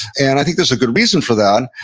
and i think there's a good reason for that.